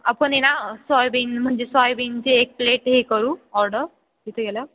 आपण आहे ना सॉयबीन म्हणजे सॉयबीनची एक प्लेट हे करू ऑर्डर तिथे गेल्यावर